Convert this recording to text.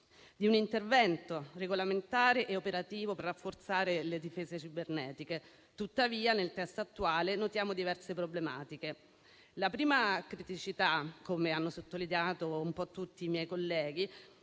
di un intervento regolamentare e operativo per rafforzare le difese cibernetiche. Tuttavia, nel testo attuale notiamo diverse problematiche. La prima criticità, come hanno sottolineato un po' tutti i miei colleghi,